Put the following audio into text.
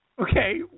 okay